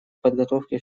подготовки